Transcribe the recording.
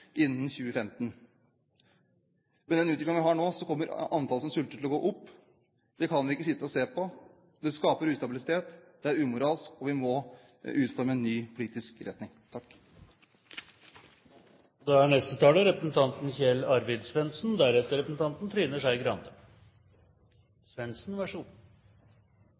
innen 2015. Med den utviklingen vi har nå, kommer antallet som sulter, til å gå opp. Det kan vi ikke sitte og se på. Det skaper ustabilitet, det er umoralsk, og vi må utforme en ny politisk retning. Jeg er